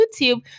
YouTube